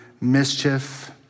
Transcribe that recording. mischief